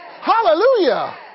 Hallelujah